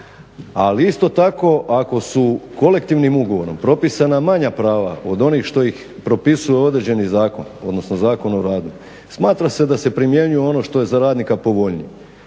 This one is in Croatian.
Ali isto tako ako su kolektivnim ugovorom propisana manja prava od onih što ih propisuje određeni zakon odnosno Zakon o radu, smatra se da se primjenjuje ono što je za radnika povoljnije.